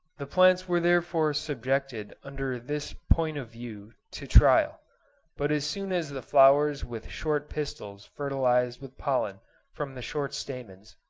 the plants were therefore subjected under this point of view to trial but as soon as the flowers with short pistils fertilised with pollen from the short stamens,